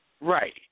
Right